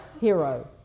hero